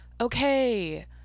Okay